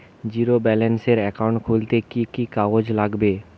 Zero ব্যালেন্সের account খুলতে কি কি কাগজ লাগবে?